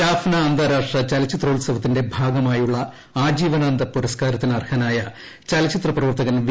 ജാഫ്ന അന്താരാഷ്ട്ര ചലച്ചിത്രോത്സ്വവത്തിന്റെ ഭാഗമായുള്ള ആജീവനാന്ത പുരസ്കാരത്തിന് അർഹ്ഹനായ് ചലച്ചിത്ര പ്രവർത്തകൻ വി